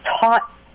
taught